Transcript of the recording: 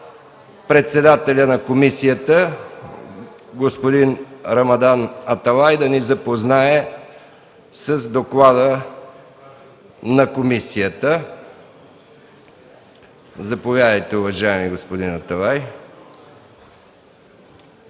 председателят на комисията господин Рамадан Аталай да ни запознае с доклада. Заповядайте, уважаеми господин Аталай.